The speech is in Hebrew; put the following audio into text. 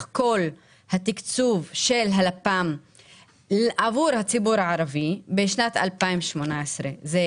כול התקצוב של לפ"מ עבור הציבור הערבי בשנת 2018 זה